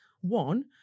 One